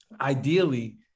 Ideally